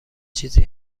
چیزی